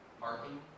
parking